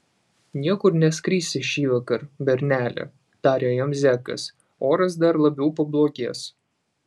niekur neskrisi šįvakar berneli tarė jam zekas oras dar labiau pablogės